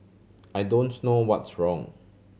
I don't know what's wrong